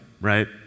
right